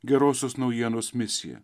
gerosios naujienos misija